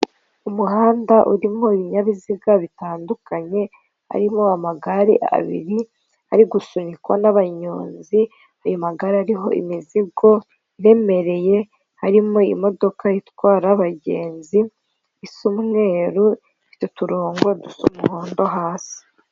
Umuhanda urimo ibinyabiziga bitandukanye harimo amagare abiri ari gusunikwa n'abanyonzi ayo magare ariho imizigo iremereye, harimo imodoka itwara abagenzi isa umweru ifite uturongo dusa umuhondo hasi.